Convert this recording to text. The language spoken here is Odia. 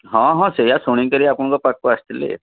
ହଁ ହଁ ସେଇଆ ଶୁଣିକରି ଆପଣଙ୍କ ପାଖକୁ ଆସିଥିଲି